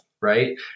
right